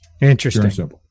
Interesting